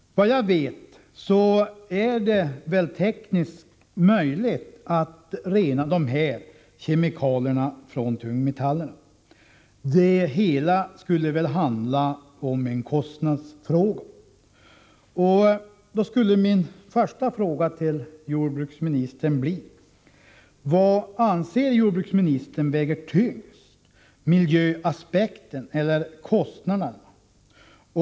Såvitt jag vet är det tekniskt möjligt att rena de här kemikalierna från tungmetaller. Det hela skulle vara en kostnadsfråga. Mina första frågor till jordbruksministern skulle då bli: Vad anser jordbruksministern väger tyngst, miljöaspekten eller kostnaderna?